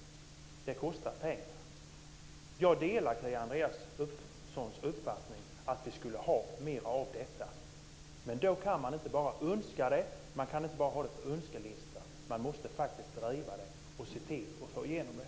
Det kostar pengar. Jag delar Kia Andreassons uppfattning att vi behöver mer av detta, men jag menar att man inte bara kan skriva upp det på önskelistan. Man måste driva frågorna och se till att få igenom det.